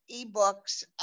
eBooks